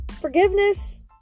Forgiveness